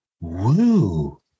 Woo